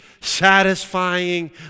satisfying